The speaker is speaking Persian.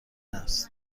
است